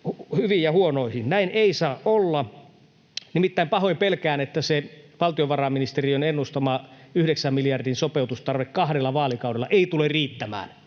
hyviin ja huonoihin. Näin ei saa olla. Nimittäin pahoin pelkään, että se valtiovarainministeriön ennustama yhdeksän miljardin sopeutustarve kahdella vaalikaudella ei tule riittämään.